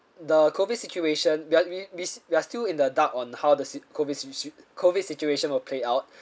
the COVID situation we are we we we are still in the dark on how the sit~ COVID si~ si~ COVID situation will play out